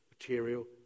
material